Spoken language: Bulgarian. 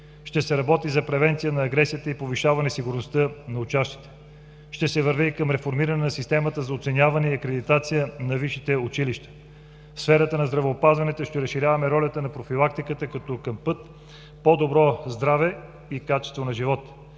Ще се работи за превенция на агресията и повишаване сигурността на учащите. Ще се върви към реформиране на системата за оценяване и акредитация на висшите училища. В сферата на здравеопазването ще разширяваме ролята на профилактиката като път към по-добро здраве и качество на живот.